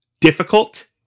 difficult